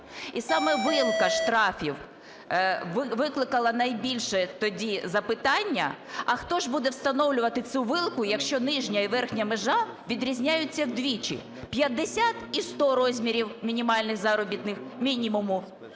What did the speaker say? І саме вилка штрафів викликала найбільше тоді запитання. А хто ж буде встановлювати цю вилку, якщо нижня і верхня межа відрізняються вдвічі: 50 і 100 розмірів мінімальних заробітних мінімуму;